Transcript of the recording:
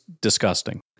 disgusting